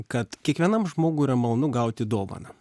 kad kiekvienam žmogui yra malonu gauti dovaną